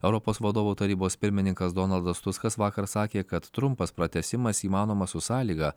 europos vadovų tarybos pirmininkas donaldas tuskas vakar sakė kad trumpas pratęsimas įmanomas su sąlyga